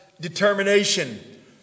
determination